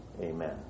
Amen